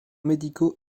médicaux